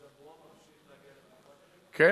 כן,